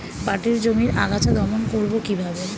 পাটের জমির আগাছা দমন করবো কিভাবে?